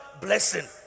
blessing